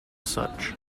such